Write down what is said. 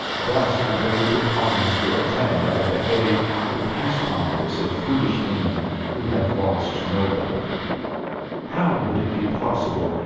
thus do they decline to attend at the hague the peace congress of foolish women who have lost nobody how would it be possible,